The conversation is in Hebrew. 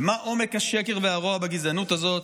ומה עומק השקר והרוע בגזענות הזאת?